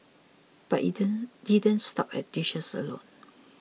but it didn't stop at dishes alone